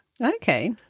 Okay